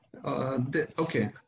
Okay